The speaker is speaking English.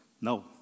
no